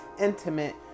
intimate